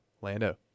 Lando